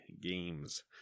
games